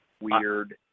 weird